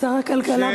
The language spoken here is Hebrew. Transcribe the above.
שר הכלכלה,